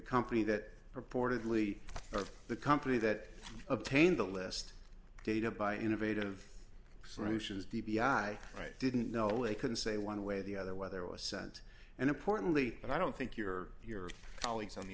company that purportedly or the company that obtained the list data by innovative solutions d b i right didn't know they couldn't say one way or the other whether it was sent and importantly and i don't think your your colleagues on the